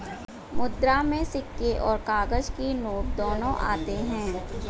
मुद्रा में सिक्के और काग़ज़ के नोट दोनों आते हैं